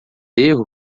erro